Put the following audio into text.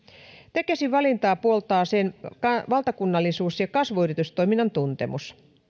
tekesin valintaa puoltaa sen valtakunnallisuus ja kasvuyritystoiminnan tuntemus